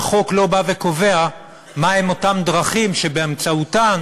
והחוק לא בא וקובע מהן אותן דרכים שבאמצעותן